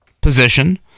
position